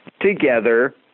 together